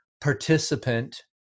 participant